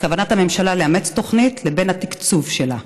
כוונת הממשלה לאמץ תוכנית לבין התקצוב שלה.